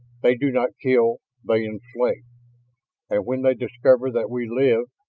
they do not kill they enslave. and when they discover that we live,